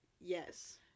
Yes